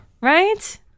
right